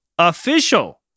Official